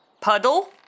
Puddle